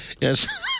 Yes